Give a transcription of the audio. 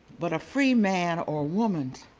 but a free man or woman